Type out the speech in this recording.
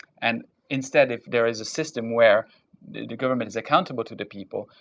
and instead, if there is a system where the government is accountable to the people,